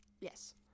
Yes